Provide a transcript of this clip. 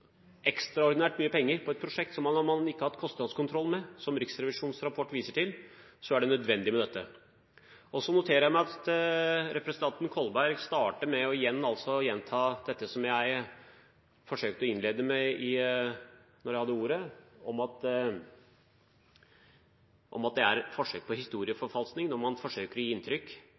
ekstraordinært mye penger på et prosjekt som man ikke har hatt kostnadskontroll med, som Riksrevisjonens rapport viser til, er dette nødvendig. Jeg noterer meg at representanten Kolberg starter med å gjenta det som jeg forsøkte å innlede med da jeg hadde ordet, om at det er forsøk på historieforfalskning når man forsøker å gi inntrykk